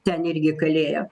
ten irgi kalėjo